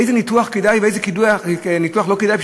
איזה ניתוח כדאי ואיזה ניתוח לא כדאי,